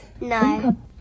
No